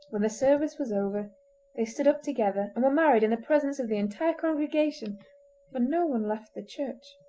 when the service was over they stood up together, and were married in the presence of the entire congregation for no one left the church.